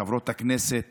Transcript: חברות הכנסת